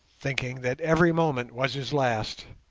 thinking that every moment was his last.